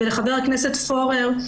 ולחה"כ פורר,